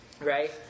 Right